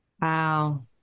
Wow